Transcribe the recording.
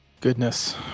goodness